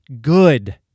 good